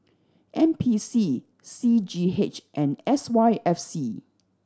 N P C C G H and S Y F C